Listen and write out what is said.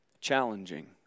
challenging